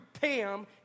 Pam